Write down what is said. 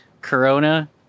Corona